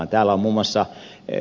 täällä on muun muassa ed